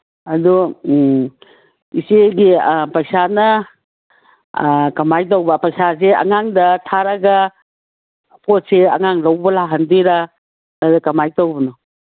ꯑꯗꯨ ꯏꯆꯦꯒꯤ ꯄꯩꯁꯥꯅ ꯀꯃꯥꯏꯅ ꯇꯧꯕ ꯄꯩꯁꯥꯁꯦ ꯑꯉꯥꯡꯗ ꯊꯥꯔꯒ ꯄꯣꯠꯁꯦ ꯑꯉꯥꯡ ꯂꯧꯕ ꯂꯥꯛꯍꯟꯕꯤꯗꯣꯏꯔꯥ ꯑꯗꯨ ꯀꯃꯥꯏꯅ ꯇꯧꯕꯅꯣ